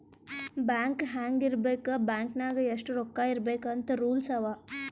bank ಹ್ಯಾಂಗ್ ಇರ್ಬೇಕ್ bank ನಾಗ್ ಎಷ್ಟ ರೊಕ್ಕಾ ಇರ್ಬೇಕ್ ಅಂತ್ ರೂಲ್ಸ್ ಅವಾ